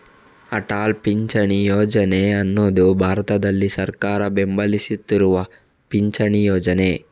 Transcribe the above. ಅಟಲ್ ಪಿಂಚಣಿ ಯೋಜನೆ ಅನ್ನುದು ಭಾರತದಲ್ಲಿ ಸರ್ಕಾರ ಬೆಂಬಲಿಸ್ತಿರುವ ಪಿಂಚಣಿ ಯೋಜನೆ